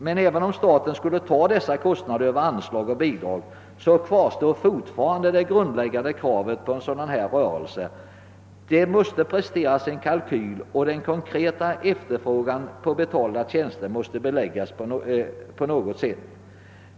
Men även om staten skulle svara för dessa kostnader genom anslag och bidrag kvarstår fortfarande det grundläggande kravet, att det måste presteras en kalkyl för en sådan rörelse och att den konkreta efterfrågan på betalda tjänster måste beläggas på något sätt.